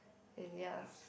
and ya